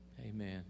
Amen